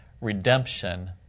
redemption